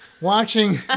Watching